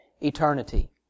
eternity